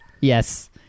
Yes